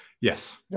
Yes